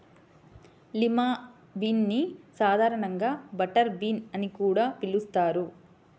lima bean ని సాధారణంగా butter bean అని కూడా పిలుస్తారు